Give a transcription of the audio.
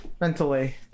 Mentally